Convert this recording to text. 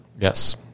Yes